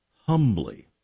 humbly